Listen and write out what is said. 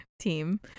team